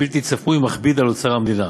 בלתי צפוי ומכביד על אוצר המדינה.